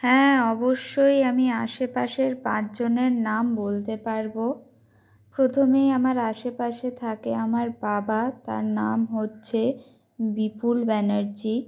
হ্যাঁ অবশ্যই আমি আশেপাশের পাঁচজনের নাম বলতে পারবো প্রথমেই আমার আশেপাশে থাকে আমার বাবা তার নাম হচ্ছে বিপুল ব্যানার্জী